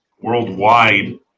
worldwide